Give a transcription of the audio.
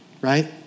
right